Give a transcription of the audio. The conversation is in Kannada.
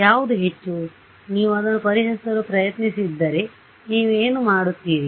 ಯಾವುದು ಹೆಚ್ಚು ನೀವು ಅದನ್ನು ಪರಿಹರಿಸಲು ಪ್ರಯತ್ನಿಸುತ್ತಿದ್ದರೆ ನೀವು ಏನು ಮಾಡುತ್ತೀರಿ